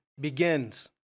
begins